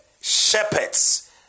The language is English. shepherds